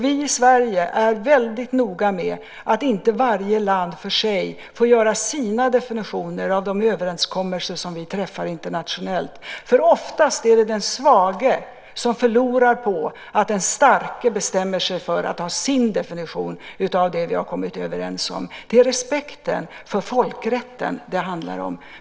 Vi i Sverige är väldigt noga med att inte varje land för sig får göra sina definitioner av de överenskommelser som vi träffar internationellt. Oftast är det den svage som förlorar på att den starke bestämmer sig för att ha sin definition av det vi har kommit överens om. Det är respekten för folkrätten det handlar om.